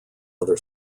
other